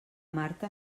marta